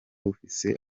bufise